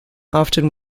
often